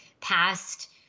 past